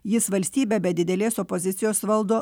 jis valstybę be didelės opozicijos valdo